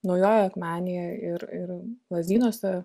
naujojoje akmenėje ir ir lazdynuose